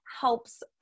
helps